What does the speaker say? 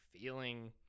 feeling